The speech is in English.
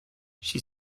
she